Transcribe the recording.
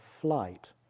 flight